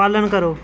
पालन करो